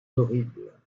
horribles